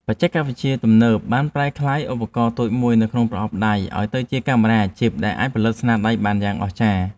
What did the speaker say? បច្ចេកវិទ្យាទំនើបបានប្រែក្លាយឧបករណ៍តូចមួយនៅក្នុងប្រអប់ដៃឱ្យទៅជាកាមេរ៉ាអាជីពដែលអាចផលិតស្នាដៃយ៉ាងអស្ចារ្យ។